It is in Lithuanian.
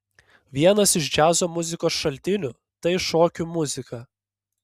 vienas iš džiazo muzikos šaltinių tai šokių muzika